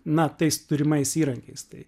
na tais turimais įrankiais tai